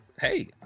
Hey